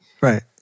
Right